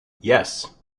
yes